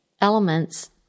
elements